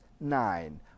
nine